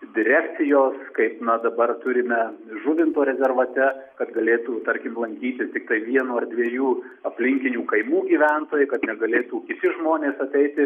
direkcijos kaip na dabar turime žuvinto rezervate kad galėtų tarkim lankyti tiktai vieno ar dviejų aplinkinių kaimų gyventojai kad negalėtų kiti žmonės ateiti